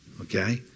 Okay